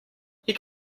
you